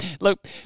look